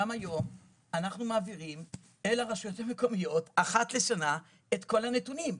גם היום אנחנו מעבירים אל הרשויות המקומיות אחת לשנה את כל הנתונים.